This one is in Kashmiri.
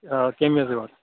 کٔمیٖز یِوان